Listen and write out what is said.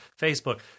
Facebook